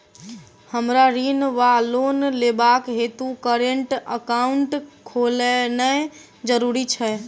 हमरा ऋण वा लोन लेबाक हेतु करेन्ट एकाउंट खोलेनैय जरूरी छै?